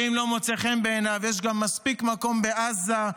ואם לא מוצא חן בעיניו, יש גם מספיק מקום בעזה.